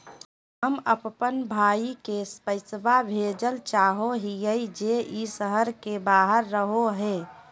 हम अप्पन भाई के पैसवा भेजल चाहो हिअइ जे ई शहर के बाहर रहो है